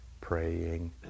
praying